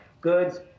Goods